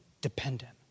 dependent